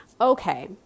Okay